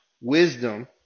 wisdom